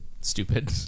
Stupid